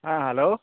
অঁ হেল্ল'